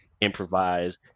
improvise